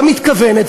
גם מתכוונת,